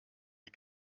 die